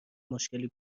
مشکلی